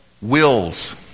wills